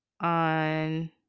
on